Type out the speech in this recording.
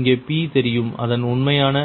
இங்கே P தெரியும் அதன் உண்மையான